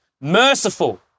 merciful